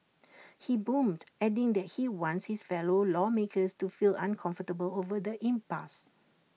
he boomed adding that he wants his fellow lawmakers to feel uncomfortable over the impasse